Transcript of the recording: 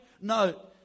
No